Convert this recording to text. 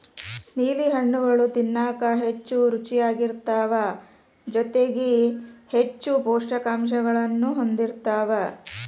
ನೇಲಿ ಹಣ್ಣುಗಳು ತಿನ್ನಾಕ ಹೆಚ್ಚು ರುಚಿಯಾಗಿರ್ತಾವ ಜೊತೆಗಿ ಹೆಚ್ಚು ಪೌಷ್ಠಿಕಾಂಶಗಳನ್ನೂ ಹೊಂದಿರ್ತಾವ